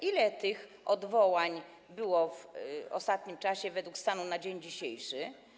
Ile tych odwołań było w ostatnim czasie według stanu na dzień dzisiejszy?